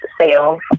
sales